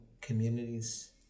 communities